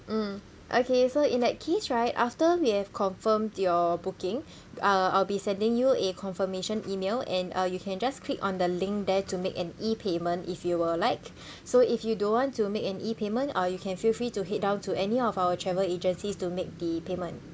mm okay so in that case right after we have confirmed your booking uh I'll be sending you a confirmation email and uh you can just click on the link there to make an E payment if you would like so if you don't want to make an E payment uh you can feel free to head down to any of our travel agencies to make the payment